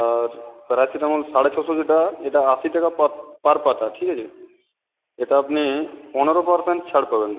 আর paracetamol সাড়ে ছশো যেটা এটা আশি টাকা পাত পার পাতা ঠিক আছে এটা আপনি পনেরো পারসেন্ট ছাড় পাবেন